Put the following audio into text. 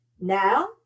Now